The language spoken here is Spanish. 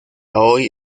hoy